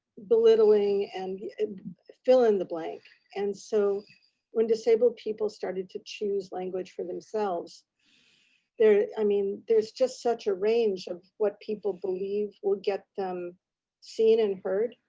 belittling, and fill in the blank. and so when disabled people started to choose language for themselves there, i mean, there's just such a range of what people believe will get them seen and heard.